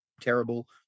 Terrible